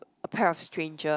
a pair of stranger